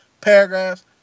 paragraphs